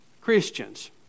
Christians